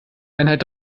einheit